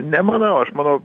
nemanau aš manau